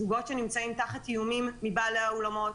יש זוגות שנמצאים תחת איומים מבעלי האולמות,